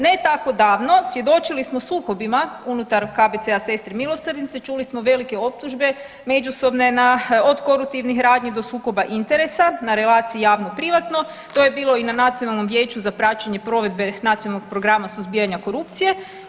Ne tako davno svjedočili smo sukobima unutar KBC-a Sestre milosrdnice, čuli smo velike optužbe međusobne na, od koruptivnih radnji do sukoba interesa na relaciji javno – privatno, to je bilo i na Nacionalnom vijeću za praćenje provedbe Nacionalnog programa suzbijanja korupcije.